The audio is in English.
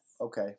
Okay